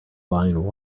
line